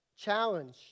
Challenge